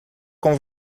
com